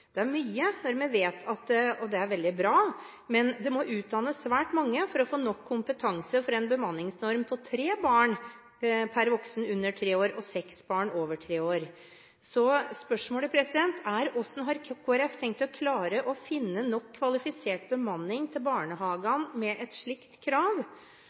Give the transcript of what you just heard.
Det er mye, og det er veldig bra, men det må utdannes svært mange for å få nok kompetanse for en bemanningsnorm på tre barn under tre år per voksen og seks barn over tre år. Spørsmålet er: Hvordan har Kristelig Folkeparti tenkt å klare å finne nok kvalifisert bemanning til barnehagene med et slikt krav?